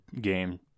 game